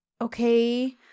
okay